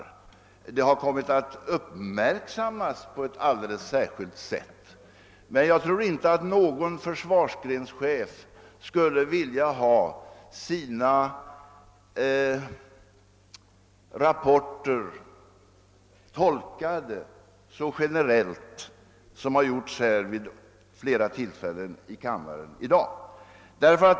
Förhållandena har kommit att uppmärksammas på ett alldeles särskilt sätt nu, men jag tror inte att någon försvarsgrenschef skulle vilja få sina rapporter tolkade så generellt som skett här i kammaren vid flera tillfällen i dag.